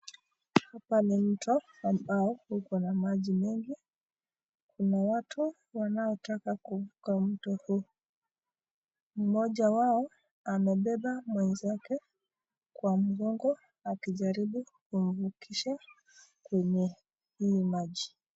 Hapa ni mto ambao uko na maji mengi, kuna watu wanaotaka kuvuka mto huu, mmoja wao amebeba mwenzake kwa mgongo akijaribu kumvukisha kwenye hii maji.